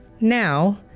Now